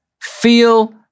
feel